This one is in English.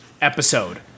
episode